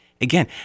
again